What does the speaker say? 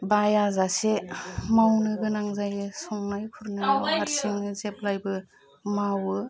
बायाजासे मावनोगोनां जायो संनाय खुरनाय हारसिंनो जेब्लाबो मावो